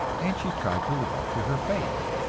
and she tried to live up to her faith.